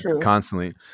constantly